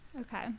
Okay